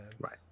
Right